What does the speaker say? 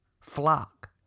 flock